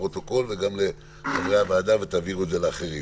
לפרוטוקול וגם לחברי הוועדה ותעבירו את זה לאחרים.